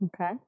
Okay